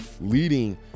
leading